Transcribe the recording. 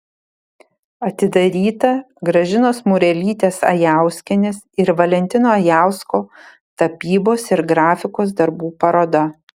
atidaryta gražinos murelytės ajauskienės ir valentino ajausko tapybos ir grafikos darbų paroda